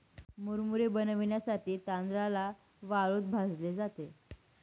मुरमुरे बनविण्यासाठी तांदळाला वाळूत भाजले जाते